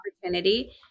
opportunity